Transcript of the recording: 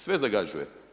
Sve zagađuje.